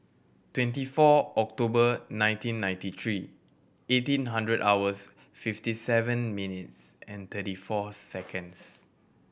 twenty four October nineteen ninety three eighteen hundred hours fifty seven minutes and thirty four seconds